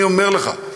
אני אומר לך,